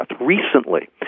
recently